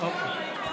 אוקיי.